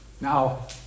Now